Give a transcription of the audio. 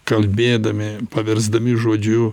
kalbėdami pavirsdami žodžiu